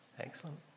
excellent